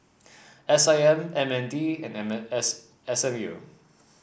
S I M M N D and M S S M U